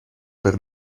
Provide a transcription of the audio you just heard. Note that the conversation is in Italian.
per